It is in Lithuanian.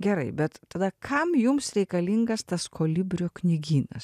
gerai bet tada kam jums reikalingas tas kolibrio knygynas